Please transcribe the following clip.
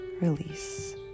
release